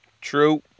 True